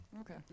okay